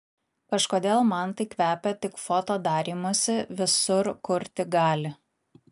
kažkodėl man tai kvepia tik foto darymusi visur kur tik gali